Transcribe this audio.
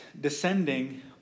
descending